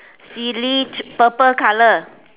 silly purple color